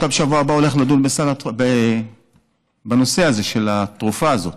בשבוע הבא אתה הולך לדון בנושא הזה של התרופה הזאת,